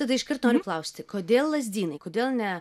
tada iškart noriu klausti kodėl lazdynai kodėl ne